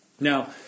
Now